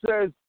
says